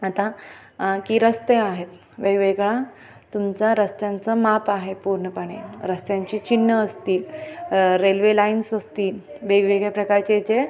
आता की रस्ते आहेत वेगवेगळे तुमचं रस्त्यांचं माप आहे पूर्णपणे रस्त्यांची चिन्हं असतील रेल्वे लाइन्स असतील वेगवेगळ्या प्रकारचे जे